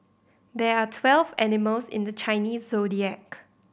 there are twelve animals in the Chinese Zodiac